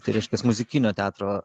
tai reiškias muzikinio teatro